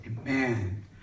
Amen